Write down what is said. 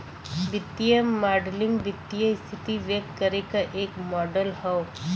वित्तीय मॉडलिंग वित्तीय स्थिति व्यक्त करे क एक मॉडल हौ